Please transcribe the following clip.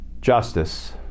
justice